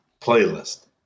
playlist